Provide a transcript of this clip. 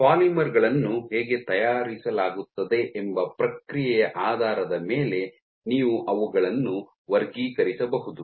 polymer ಗಳನ್ನು ಹೇಗೆ ತಯಾರಿಸಲಾಗುತ್ತದೆ ಎಂಬ ಪ್ರಕ್ರಿಯೆಯ ಆಧಾರದ ಮೇಲೆ ನೀವು ಅವುಗಳನ್ನು ವರ್ಗೀಕರಿಸಬಹುದು